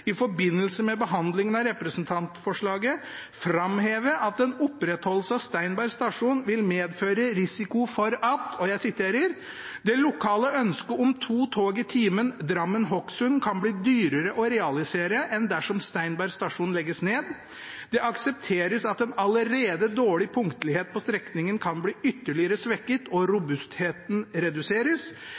i forbindelse med behandlingen av representantforslaget framhevet at en opprettholdelse av Steinberg stasjon vil medføre risiko for at: «Det lokale ønsket om to tog i timen Drammen–Hokksund kan bli dyrere å realisere enn dersom Steinberg stasjon legges ned. Det aksepteres at en allerede dårlig punktlighet på strekningen kan bli ytterligere svekket og robustheten reduseres.